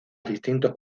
distintos